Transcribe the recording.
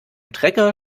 trecker